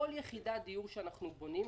כל יחידת דיור שאנחנו בונים,